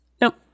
Nope